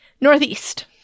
northeast